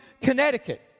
Connecticut